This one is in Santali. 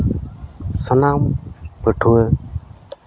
ᱥᱟᱱᱟᱢ ᱯᱟᱹᱴᱷᱩᱣᱟᱹ